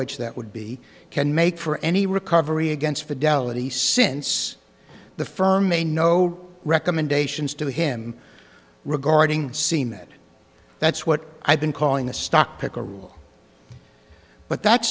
sch that would be can make for any recovery against fidelity since the firm may no recommendations to him regarding seem that that's what i've been calling a stock picker rule but that